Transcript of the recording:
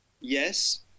Yes